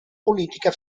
politica